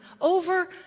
Over